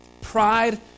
Pride